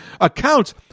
accounts